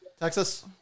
Texas